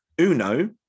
Uno